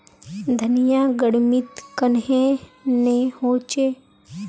धनिया गर्मित कन्हे ने होचे?